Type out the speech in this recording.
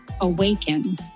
awaken